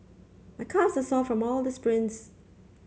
my calves are sore from all the sprints